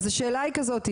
אז השאלה היא כזאתי,